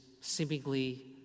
seemingly